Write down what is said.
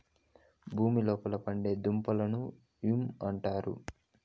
భూమి లోపల పండే దుంపలను యామ్ అంటారు